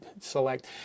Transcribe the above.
select